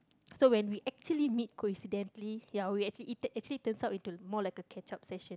so when we actually meet coincidentally ya we actually actually turns out into more like a catch up session